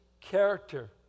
character